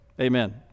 Amen